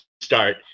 start